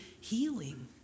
healing